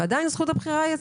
ועדיין זכות הבחירה היא אצלו,